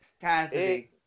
Cassidy